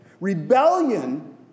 Rebellion